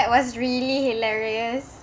was really hilarious